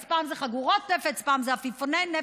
אז פעם זה חגורות נפץ, פעם זה עפיפוני נפץ.